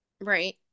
Right